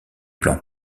plan